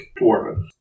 Dwarven